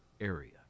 area